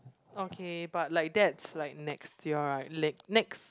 okay but like that's like next year right leg next